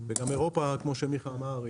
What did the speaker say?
וגם אירופה כמו שמיכה אמר,